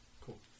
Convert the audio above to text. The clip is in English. Cool